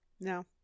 No